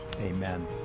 Amen